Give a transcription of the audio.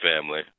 family